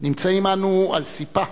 נמצאים אנו על ספה